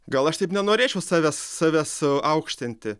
gal aš taip nenorėčiau savęs savęs aukštinti